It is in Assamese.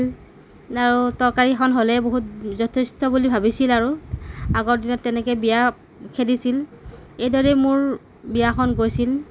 আও তৰকাৰী এখন হ'লে বহুত যথেষ্ট বুলি ভাৱিছিল আৰু আগৰ দিনত তেনেকে বিয়া খেদিছিল এইদৰে মোৰ বিয়াখন গৈছিল